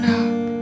up